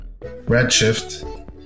Redshift